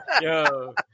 Yo